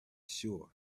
shore